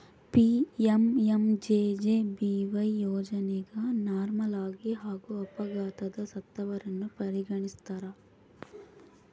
PMMJJBY ಯೋಜನೆಗ ನಾರ್ಮಲಾಗಿ ಹಾಗೂ ಅಪಘಾತದಗ ಸತ್ತವರನ್ನ ಪರಿಗಣಿಸ್ತಾರ